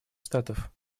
штатов